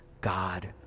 God